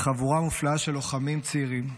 וחבורה מופלאה של לוחמים צעירים,